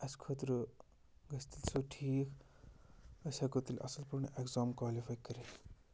اَسہِ خٲطرٕ گَژھِ تیٚلہِ سُہ ٹھیٖک أسۍ ہٮ۪کو تیٚلہِ اَصٕل پٲٹھۍ اٮ۪کزام کالِفَے کٔرِتھ